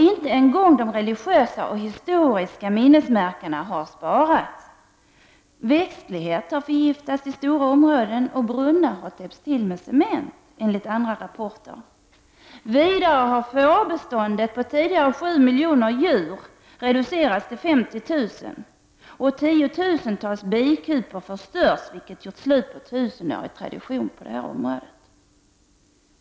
Inte ens religiösa och historiska minnesmärken har sparats! Växtligheten har förgiftats i stora områden, och brunnar har, enligt andra rapporter, täppts till med cement. Vidare har fårbeståndet på tidigare 7 miljoner djur reducerats till 50 000, och tiotusentals bikupor har förstörts, vilket har gjort slut på en tusenårig tradition.